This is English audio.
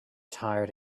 tired